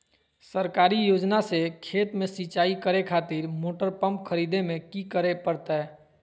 सरकारी योजना से खेत में सिंचाई करे खातिर मोटर पंप खरीदे में की करे परतय?